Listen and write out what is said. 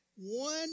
one